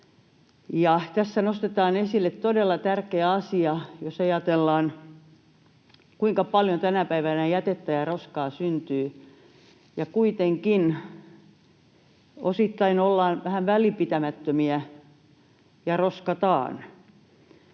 Tässä nostetaan esille todella tärkeä asia, jos ajatellaan, kuinka paljon tänä päivänä jätettä ja roskaa syntyy ja kuitenkin osittain ollaan vähän välinpitämättömiä ja roskataan.